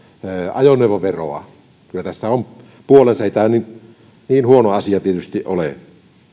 ajoneuvoveroa kyllä tässä on puolensa ei tämä niin huono asia tietysti ole